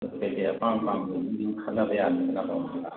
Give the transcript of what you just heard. ꯃꯆꯨ ꯀꯩ ꯀꯩ ꯑꯄꯥꯝ ꯄꯥꯝꯗꯗꯨꯃꯗꯤ ꯈꯟꯅꯕ ꯌꯥꯅꯤꯗꯅ ꯀꯣ